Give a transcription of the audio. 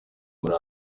muri